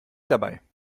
dabei